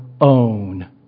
own